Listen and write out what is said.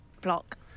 Block